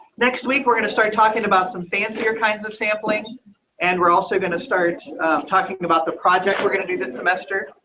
next week, we're going to start talking about some fancier kinds of sampling and we're also going to start talking about the project, we're going to do this semester.